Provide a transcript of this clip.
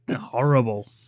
horrible